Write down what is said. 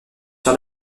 sur